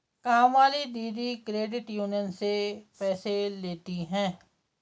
कामवाली दीदी credit union से पैसे लेती हैं